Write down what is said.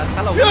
hello